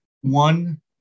one